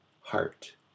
heart